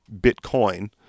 Bitcoin